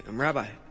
um rabbi,